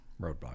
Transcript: roadblock